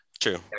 True